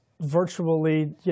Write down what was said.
virtually